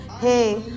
hey